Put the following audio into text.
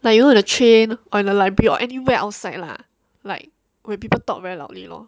like you know the train on a library or anywhere outside lah like when people talk very loudly lor